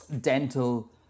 dental